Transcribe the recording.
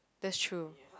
that's true